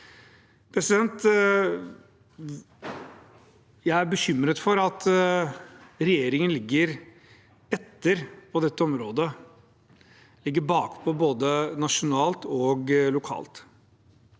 Jeg er bekymret for at regjeringen ligger etter på dette området, at de ligger bakpå både nasjonalt og lokalt.